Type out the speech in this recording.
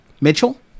Mitchell